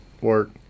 work